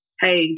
hey